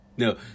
No